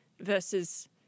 versus